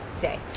day